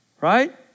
Right